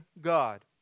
God